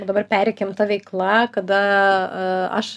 o dabar pareikim ta veikla kada aš